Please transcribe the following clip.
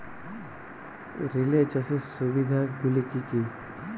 Relay চাষের সুবিধা গুলি কি কি?